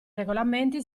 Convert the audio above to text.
regolamenti